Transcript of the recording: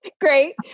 great